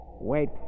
Wait